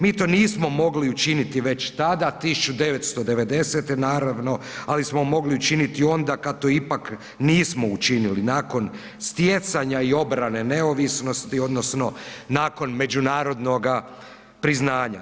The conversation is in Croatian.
Mi to nismo mogli učiniti već tada 1990. naravno ali smo mogli učiniti onda kad to ipak nismo učinili, nakon stjecanja i obrane neovisnosti odnosno nakon međunarodnoga priznanja.